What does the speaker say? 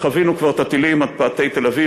כשחווינו כבר את הטילים עד פאתי תל-אביב,